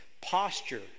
posture